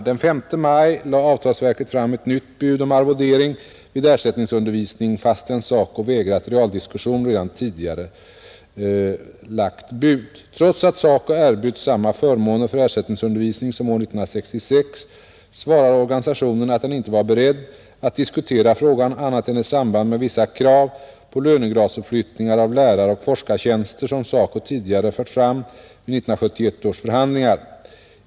Den 5 maj lade avtalsverket fram ett nytt bud om arvodering vid ersättningsundervisning fastän SACO vägrat realdiskutera redan tidigare lagt bud, Trots att SACO erbjöds samma förmåner för ersättningsundervisning som år 1966 svarade organisationen att den inte var beredd att diskutera frågan annat än i samband med vissa krav på lönegradsuppflyttningar av läraroch forskartjänster som SACO tidigare fört fram vid 1971 års förhandlingar.